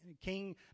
King